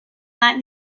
that